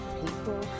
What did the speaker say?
people